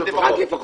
לפחות.